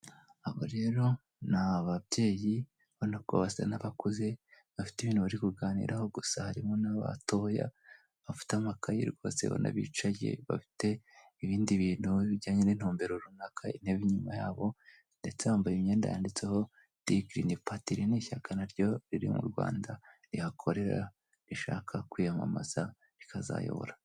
Aba rero ni ababyeyi ubonako basa nabakuze bafite ibintu barikuganiraho, gusa harimo na batoya bafite amakayi rwose ubona bicaye bafite ibindi bintu bijyanye ni ntumbero runaka, intebe inyuma yabo ndetse bambaye imyenda yanditseho DGPR green party iri ni ishyaka riri mu Rwanda rihakorera rishaka kwiyamamaza rikazayobora.